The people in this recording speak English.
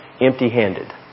empty-handed